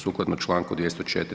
Sukladno čl. 204.